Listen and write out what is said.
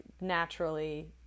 naturally